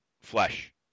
flesh